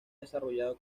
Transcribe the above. desarrollado